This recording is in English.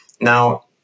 Now